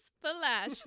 flash